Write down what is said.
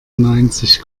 neunzig